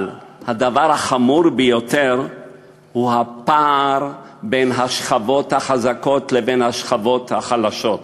אבל הדבר החמור ביותר הוא הפער בין השכבות החזקות לבין השכבות החלשות.